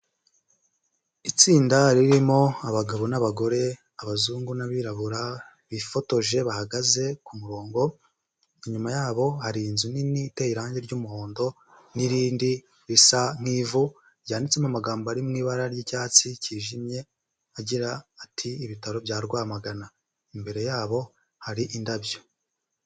Itsinda ririmo abagabo n'abagore, abazungu n'abirabura, bifotoje bahagaze ku murongo, inyuma yabo hari inzu nini iteye irangi ry'umuhondo, n'irindi risa nk'ivu, ryanditsemo amagambo ari mu ibara ry'icyatsi kijimye, agira ati "ibitaro bya Rwamagana", imbere yabo hari indabyo.